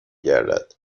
گردد